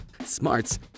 smarts